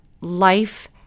life